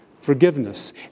Forgiveness